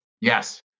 Yes